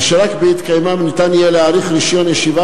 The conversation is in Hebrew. אשר רק בהתקיימם ניתן יהיה להאריך רשיון ישיבה